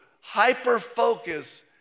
hyper-focus